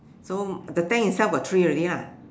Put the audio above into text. so the tank itself got three already lah